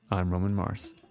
i'm roman mars